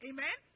Amen